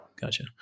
Gotcha